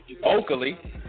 vocally